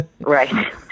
Right